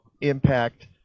impact